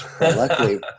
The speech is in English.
luckily